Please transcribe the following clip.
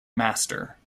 master